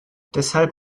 deshalb